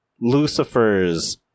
lucifer's